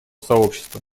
сообщества